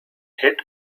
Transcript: hit